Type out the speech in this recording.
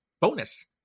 bonus